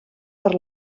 per